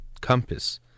compass